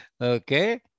okay